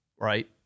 right